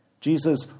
Jesus